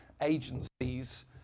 agencies